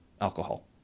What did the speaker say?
alcohol